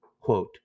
Quote